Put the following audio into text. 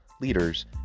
leaders